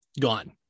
gone